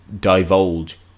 divulge